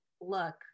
look